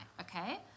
okay